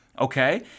okay